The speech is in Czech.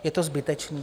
Je to zbytečné